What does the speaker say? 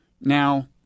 now